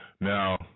Now